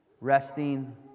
Resting